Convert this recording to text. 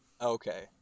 Okay